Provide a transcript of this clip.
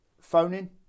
phoning